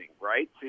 right